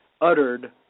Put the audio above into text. uttered